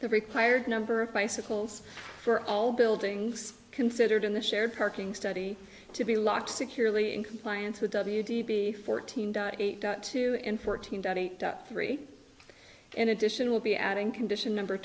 the required number of bicycles for all buildings considered in the shared parking study to be locked securely in compliance with w d b fourteen two and fourteen three in addition will be adding condition number